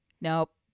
Nope